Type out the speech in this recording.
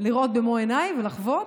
לראות במו עיניי ולחוות.